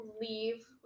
leave